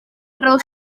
raó